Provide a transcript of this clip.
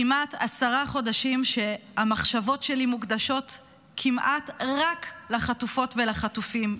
כמעט עשרה חודשים שהמחשבות שלי מוקדשות כמעט רק לחטופות ולחטופים.